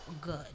good